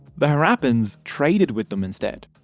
the harappans traded with them instead.